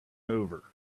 over